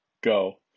Go